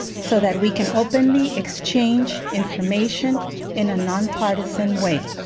so that we can openly exchange information in a nonpartisan way.